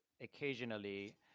occasionally